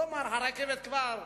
כלומר, הרכבת כבר הלכה,